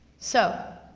so,